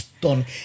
done